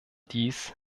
dies